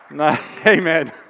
Amen